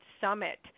summit